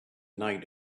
night